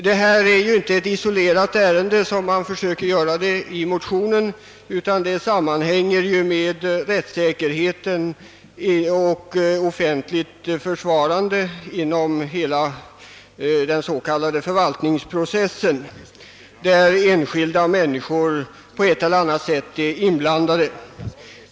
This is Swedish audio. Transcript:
Detta är ju inte ett isolerat ärende, som det försöker göras till i motionen, utan det sammanhänger med rättssäkerheten och offentligt försvarande inom hela den s.k. förvaltningsprocessen, där enskilda människor på ett eller annat sätt är inblandade.